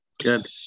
good